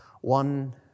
one